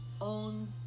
own